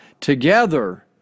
together